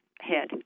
head